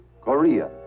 Korea